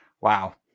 Wow